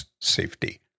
safety